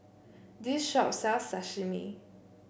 this shop sells Sashimi